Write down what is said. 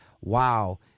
wow